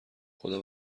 خدا